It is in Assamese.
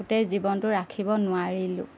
গোটেই জীৱনটো ৰাখিব নোৱাৰিলোঁ